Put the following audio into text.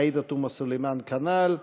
עאידה תומא סלימאן, כנ"ל.